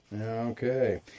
Okay